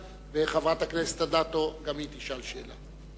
וחברת הכנסת אדטו גם היא תשאל שאלה.